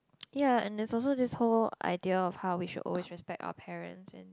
ya and there's also this whole idea of how we should always respect our parents and